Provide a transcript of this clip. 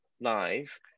live